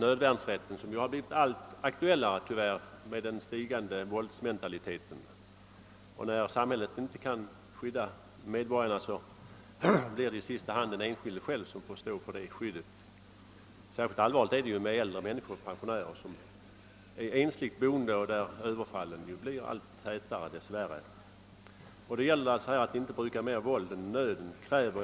Nödvärnsrätten har tyvärr med den stigande våldsmentaliteten blivit alltmer aktuell. När samhället inte kan skydda medborgarna blir det i sista hand de själva som får stå för skyddet. Särskilt allvarligt är detta för äldre människor, pensionärer, som bor ensligt och dess värre allt oftare utsätts för överfall. Det gäller då att inte bruka större våld än nöden kräver.